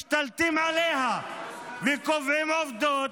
משתלטים עליה וקובעים עובדות,